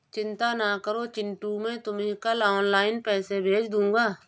चिंता ना करो चिंटू मैं तुम्हें कल ऑनलाइन पैसे भेज दूंगा